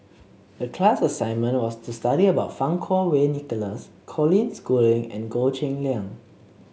the class assignment was to study about Fang Kuo Wei Nicholas Colin Schooling and Goh Cheng Liang